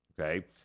okay